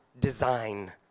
design